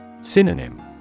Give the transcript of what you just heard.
Synonym